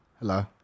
Hello